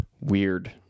weird